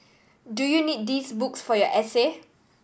do you need these books for your essay